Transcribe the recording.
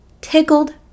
tickled